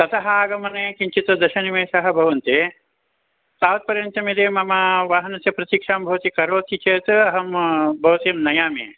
ततः आगमने किञ्चित् दशनिमेषः भवन्ति तावत्पर्यन्तं यदि मम वाहनस्य प्रतिक्षां भवति करोति चेत् अहं भवतीं नयामि